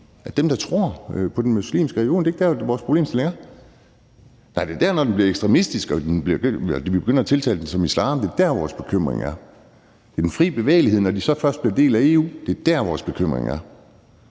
– dem, der tror på den religion – som er vores problemstilling. Nej, det er, når den bliver ekstremistisk, og de begynder at omtale det som islam – det er der, vores bekymring er. Det er den fri bevægelighed, når de først bliver en del af EU, der er vores bekymring.